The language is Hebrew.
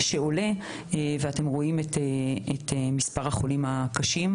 שכרגע נמצאים לקראת ירידה,